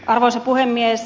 arvoisa puhemies